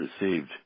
received